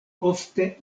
ofte